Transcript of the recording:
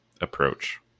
approach